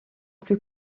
plus